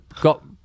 got